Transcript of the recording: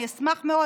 אני אשמח מאוד,